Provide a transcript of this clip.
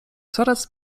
coraz